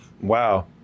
wow